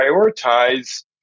prioritize